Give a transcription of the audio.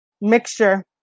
mixture